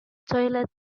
toilet